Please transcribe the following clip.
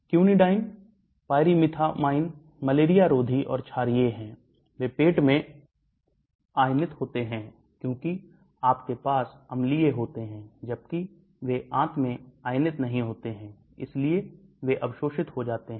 Quinidine pyrimethamine malaria रोधी और छारीय वे पेट में आयनित होते हैं क्योंकि आपके पास अम्लीय होते हैं जबकि वे आंत मैं आयनित नहीं होते हैं इसलिए वे अवशोषित हो जाते हैं